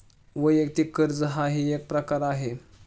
वैयक्तिक कर्ज हाही एक प्रकार आहे